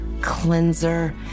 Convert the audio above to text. cleanser